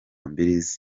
mbiri